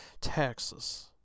Texas